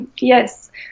Yes